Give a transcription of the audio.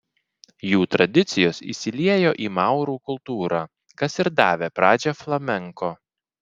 jų tradicijos įsiliejo į maurų kultūrą kas ir davė pradžią flamenko